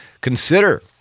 Consider